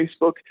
Facebook